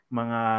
mga